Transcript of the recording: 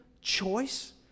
choice